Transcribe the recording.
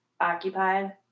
occupied